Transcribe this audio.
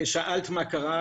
שאלת מה קרה.